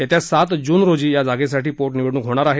येत्या सात जून रोजी या जागेसाठी पोटनिवडणूक होणार आहे